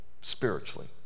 spiritually